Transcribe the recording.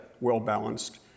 well-balanced